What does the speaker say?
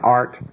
art